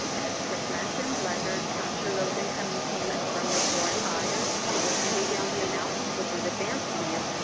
as chris mentioned, lenders capture those incoming payments from your foreign buyers to pay down the amount which was advanced to you,